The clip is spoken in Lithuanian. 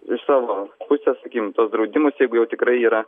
iš savo pusės sakykim tuos draudimus jeigu jau tikrai yra